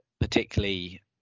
particularly